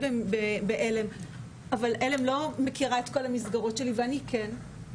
בעל"ם לא מכיר את כל המסגרות שלי ואני כן.